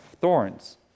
thorns